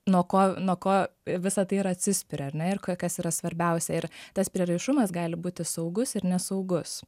nuo ko nuo ko visa tai ir atsispiria ar ne ir ko kas yra svarbiausia ir tas prieraišumas gali būti saugus ir nesaugus